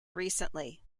recently